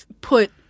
put